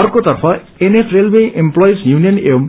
अको तर्फ NF railway employees union एर्व